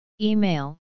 Email